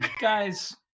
guys